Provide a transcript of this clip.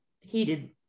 heated